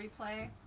replay